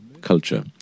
culture